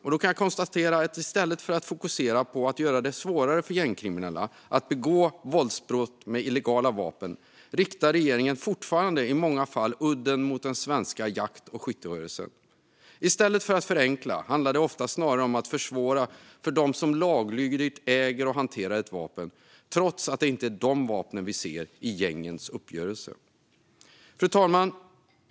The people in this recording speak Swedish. Jag kan konstatera att regeringen i stället för att fokusera på att göra det svårare för gängkriminella att begå våldsbrott med illegala vapen i många fall fortfarande riktar udden mot den svenska jakt och skytterörelsen. Det handlar ofta om att i stället för att förenkla snarare försvåra för dem som laglydigt äger och hanterar ett vapen, trots att det inte är de vapnen vi ser i gängens uppgörelser. Fru talman!